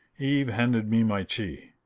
eve handed me my tea.